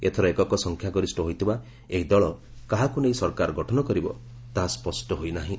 ଏଥର ଏକକ ସଂଖ୍ୟା ଗରିଷ୍ଠ ହୋଇଥିବା ଏହି ଦଳ କାହାକୁ ନେଇ ସରକାର ଗଠନ କରିବ ତାହା ସ୍ୱଷ୍ଟ ହୋଇ ନାହିଁ